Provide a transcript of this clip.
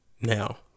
Now